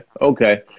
okay